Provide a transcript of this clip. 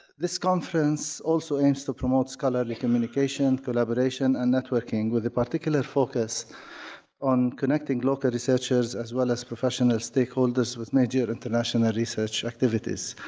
this conference also aims to promote scholarly communication, collaboration and networking with the particular focus on connecting local researchers as well as professional stakeholders with major international research activities,